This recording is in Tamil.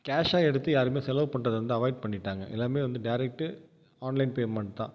கேஷா எடுத்து யாருமே செலவு பண்ணுறத வந்து அவாய்ட் பண்ணிவிட்டாங்க எல்லோருமே வந்து டேரெக்ட்டு ஆன்லைன் பேமெண்ட் தான்